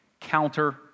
counter